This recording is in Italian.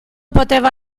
poteva